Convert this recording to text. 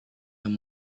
yang